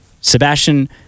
Sebastian